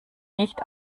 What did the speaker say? nicht